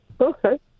Okay